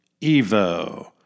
Evo